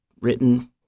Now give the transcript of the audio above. written